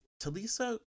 Talisa